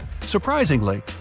Surprisingly